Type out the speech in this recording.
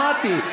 שמעתי.